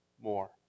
more